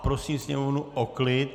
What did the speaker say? Prosím sněmovnu o klid.